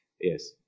Yes